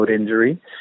injury